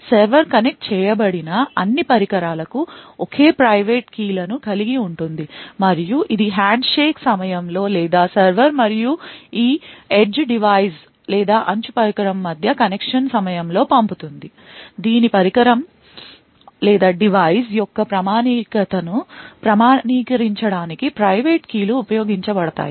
server connect చేయబడిన అన్ని పరికరాలకు ఒకే ప్రైవేట్ key లను కలిగి ఉంటుంది మరియు ఇది హ్యాండ్షేక్ సమయంలో లేదా సర్వర్ మరియు ఈ అంచు పరికరం మధ్య కనెక్షన్ సమయంలో పంపుతుంది దీని పరికరం యొక్క ప్రామాణికతను ప్రామాణీకరించడానికి ప్రైవేట్ key లు ఉపయోగించబడతాయి